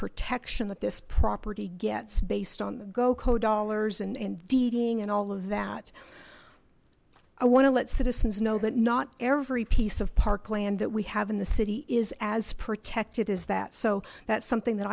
protection that this property gets based on the go code ollars and and deeding and all of that i want to let citizens know that not every piece of parkland that we have in the city is as protected as that so that's something that